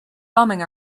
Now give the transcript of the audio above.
bumming